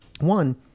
One